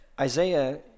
Isaiah